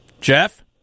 Jeff